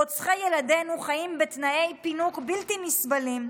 רוצחי ילדינו חיים בתנאי פינוק בלתי נסבלים.